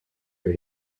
are